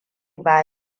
ba